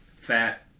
Fat